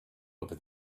over